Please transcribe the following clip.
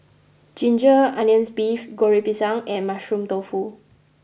Ginger Onions Beef Goreng Pisang and Mushroom Tofu